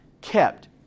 kept